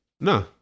No